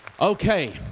Okay